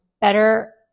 better